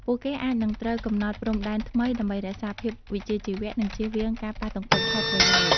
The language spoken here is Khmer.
ពួកគេអាចនឹងត្រូវកំណត់ព្រំដែនថ្មីដើម្បីរក្សាភាពវិជ្ជាជីវៈ និងជៀសវាងការប៉ះទង្គិចផលប្រយោជន៍។